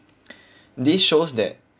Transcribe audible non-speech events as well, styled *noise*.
*breath* this shows that